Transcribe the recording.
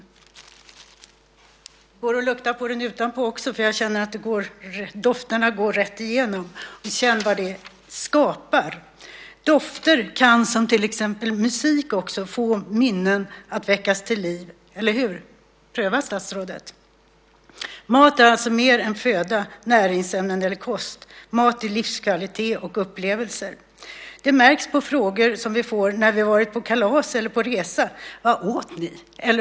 Det går att lukta utanpå den också, för jag känner att dofterna går rätt igenom. Känn vad det skapar! Dofter kan som till exempel också musik få minnen att väckas till liv, eller hur? Pröva, statsrådet! Mat är alltså mer än föda, näringsämnen eller kost. Mat är livskvalitet och upplevelser. Det märks på frågor som vi får när vi har varit på kalas eller på resor. Vad åt ni?